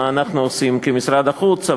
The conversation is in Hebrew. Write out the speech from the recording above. מה אנחנו עושים כמשרד החוץ,